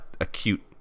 acute